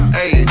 hey